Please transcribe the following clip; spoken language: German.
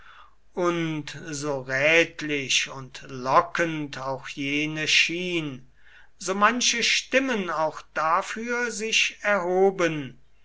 und so rätlich und lockend auch jene schien so manche stimmen auch dafür sich erhoben